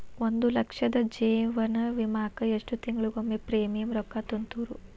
ಒಂದ್ ಲಕ್ಷದ ಜೇವನ ವಿಮಾಕ್ಕ ಎಷ್ಟ ತಿಂಗಳಿಗೊಮ್ಮೆ ಪ್ರೇಮಿಯಂ ರೊಕ್ಕಾ ತುಂತುರು?